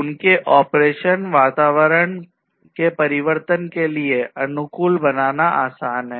उनके ऑपरेशन वातावरण के परिवर्तन के लिए अनुकूल बनाना आसान है